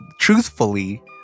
truthfully